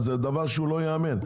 זה דבר שלא יאמן,